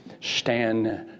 stand